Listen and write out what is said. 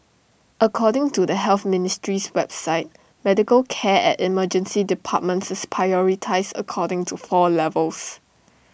according to the health ministry's website medical care at emergency departments is prioritised according to four levels